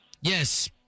Yes